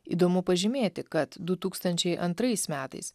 įdomu pažymėti kad du tūkstančiai antrais metais